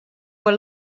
were